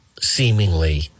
seemingly